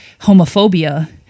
homophobia